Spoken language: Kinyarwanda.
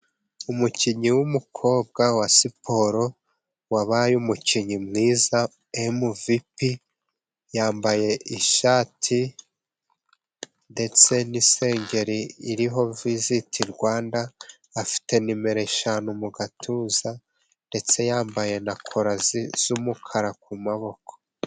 Umukinnyi w'umukobwa wa siporo wabaye umukinnyi mwiza (MVP). Yambaye ishati ndetse n'isengeri iriho visiti Rwanda. Afite nimero eshanu mu gatuza ndetse yambaye na cola z'umukara ku maboko.